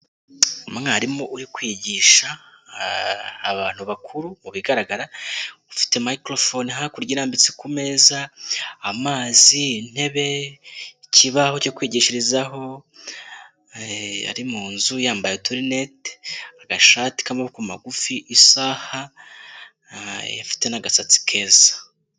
Umwarimu uri kwigisha abantu bakuru; mu bigaragara ufite microphone hakurya irambitse ku meza, amazi, intebe, ikibaho cyo kwigishirizaho; ari mu nzu yambaye uturineti, agashati k'amaboko magufi, isaha, afite n'agasatsi keza.